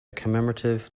commemorative